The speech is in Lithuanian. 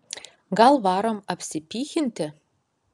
gal varom apsipychinti